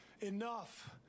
enough